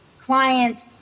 client's